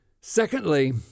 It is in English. Secondly